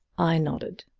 i nodded.